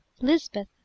Lisbeth